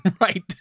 Right